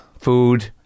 Food